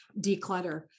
declutter